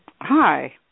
Hi